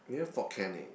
near Fort-Canning